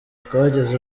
twageze